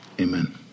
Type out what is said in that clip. Amen